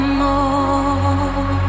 more